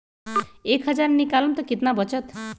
एक हज़ार निकालम त कितना वचत?